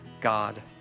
God